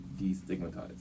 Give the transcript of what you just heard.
destigmatized